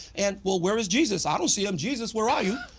and well where is jesus? i don't see him. jesus where are you?